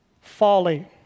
Folly